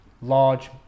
large